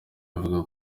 ivuga